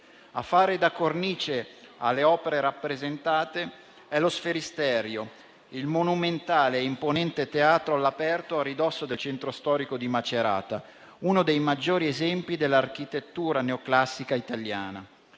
A fare da cornice alle opere rappresentate è lo Sferisterio, il monumentale e imponente teatro all'aperto a ridosso del centro storico di Macerata, uno dei maggiori esempi dell'architettura neoclassica italiana.